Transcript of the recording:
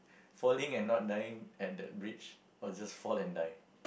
falling and not dying at the bridge or just fall and die